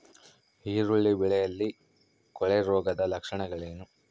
ಈರುಳ್ಳಿ ಬೆಳೆಯಲ್ಲಿ ಕೊಳೆರೋಗದ ಲಕ್ಷಣಗಳೇನು?